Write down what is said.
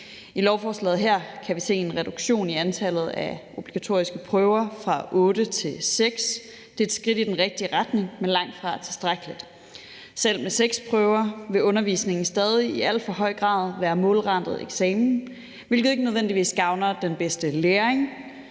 I lovforslaget her kan vi se en reduktion i antallet af obligatoriske prøver fra otte til seks. Det er et skridt i den rigtige retning, men langtfra tilstrækkeligt. Selv med seks prøver vil undervisningen stadig i alt for høj grad været målrettet eksamen, hvilket ikke nødvendigvis gavner en god læring.